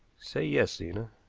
say yes, zena.